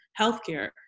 healthcare